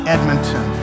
Edmonton